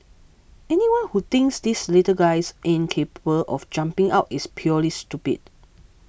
anyone who thinks these little guys aren't capable of jumping out is purely stupid